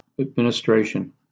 administration